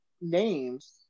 names